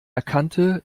erkannte